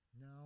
No